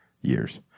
years